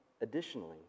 additionally